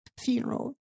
funeral